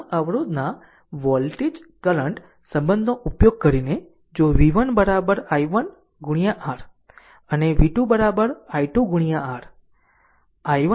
આમ અવરોધના voltage current સંબંધોનો ઉપયોગ કરીને જો v1 i1 R અને v2 i2 R